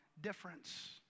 difference